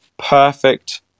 perfect